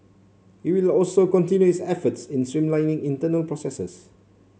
it will also continue its efforts in streamlining internal processes